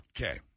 Okay